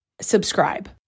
subscribe